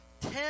ten